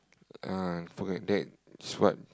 uh forget that is what